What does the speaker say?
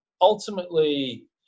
ultimately